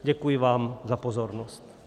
Děkuji vám za pozornost.